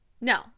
No